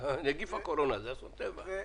נגיף הקורונה זה אסון טבע.